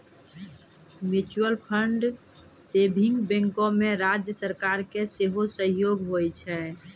mutual saving बैंको मे राज्य सरकारो के सेहो सहयोग होय छै